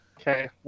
Okay